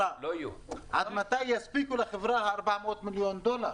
עד מתי יספיקו לחברה 400 מיליון דולר.